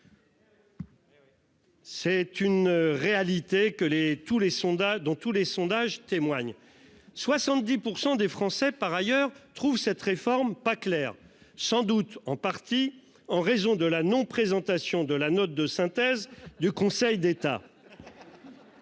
les sondages, dans tous les sondages témoignent. 70% des Français par ailleurs trouve cette réforme pas clair, sans doute en partie en raison de la non-. Présentation de la note de synthèse du Conseil d'État.